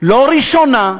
לא ראשונה,